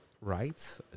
right